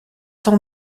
sans